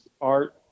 art